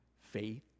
faith